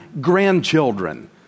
grandchildren